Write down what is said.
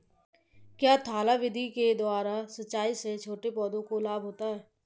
क्या थाला विधि के द्वारा सिंचाई से छोटे पौधों को लाभ होता है?